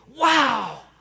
Wow